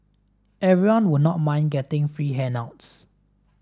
everyone would not mind getting free handouts